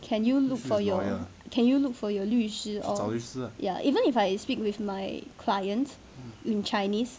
can you look for your can you look for your 律师 or ya even if I speak with my clients in chinese